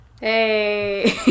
Hey